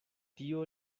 tio